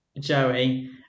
Joey